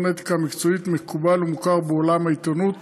אתיקה מקצועית מקובל ומוכר בעולם העיתונות